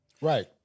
Right